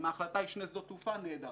אם ההחלטה היא שני שדות תעופה, נהדר,